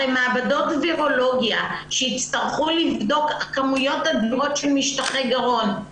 הרי מעבדות וירולוגיה שיצטרכו לבדוק כמויות אדירות של משטחי גרון,